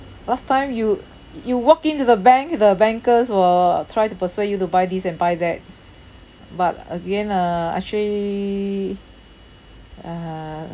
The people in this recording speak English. last time you you walk into the bank the bankers will try to persuade you to buy this and buy that but again uh actually uh